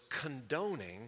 condoning